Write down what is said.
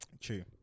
True